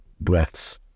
breaths